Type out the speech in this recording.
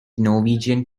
norwegian